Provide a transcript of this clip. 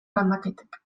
landaketek